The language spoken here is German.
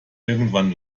irgendwann